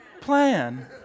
plan